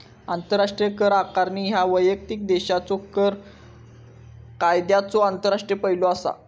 आंतरराष्ट्रीय कर आकारणी ह्या वैयक्तिक देशाच्यो कर कायद्यांचो आंतरराष्ट्रीय पैलू असा